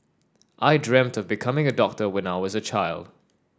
I dreamt of becoming a doctor when I was a child